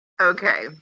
Okay